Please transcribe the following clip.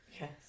Yes